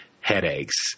headaches